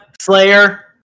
Slayer